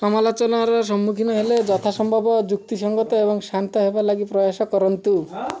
ସମାଲୋଚନାର ସମ୍ମୁଖୀନ ହେଲେ ଯଥା ସମ୍ଭବ ଯୁକ୍ତି ସଙ୍ଗତ ଏବଂ ଶାନ୍ତ ହେବା ଲାଗି ପ୍ରୟାସ କରନ୍ତୁ